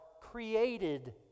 created